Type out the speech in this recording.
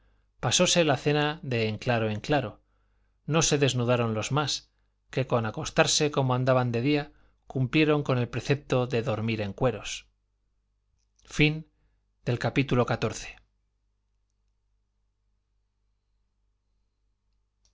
en estuche pasóse la cena de en claro en claro no se desnudaron los más que con acostarse como andaban de día cumplieron con el precepto de dormir en cueros libro tercero capítulo